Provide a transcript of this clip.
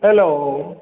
hello